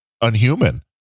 unhuman